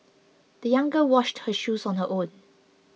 the young girl washed her shoes on her own